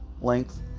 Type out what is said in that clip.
length